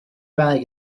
bag